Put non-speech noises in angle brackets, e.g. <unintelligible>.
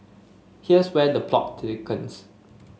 here's where the plot <unintelligible>